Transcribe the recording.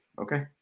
Okay